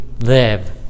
live